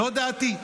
זו דעתי.